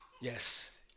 Yes